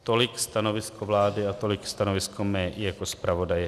Tolik stanovisko vlády a tolik stanovisko mé jako zpravodaje.